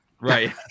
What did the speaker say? Right